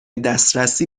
دسترسی